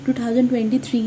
2023